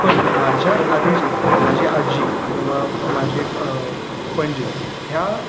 पण माझ्या आधी जे माझी आजी किंवा माझी पणजी ह्या